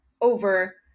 over